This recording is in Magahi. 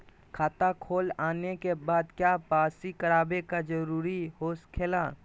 खाता खोल आने के बाद क्या बासी करावे का जरूरी हो खेला?